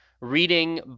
Reading